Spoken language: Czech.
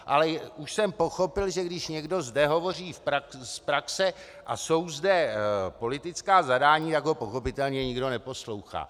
Ale už jsem pochopil, že když někdo zde hovoří z praxe a jsou zde politická zadání, tak ho pochopitelně nikdo neposlouchá.